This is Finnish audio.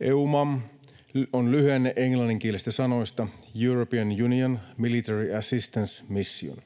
EUMAM on lyhenne englanninkielisistä sanoista European Union Military Assistance Mission.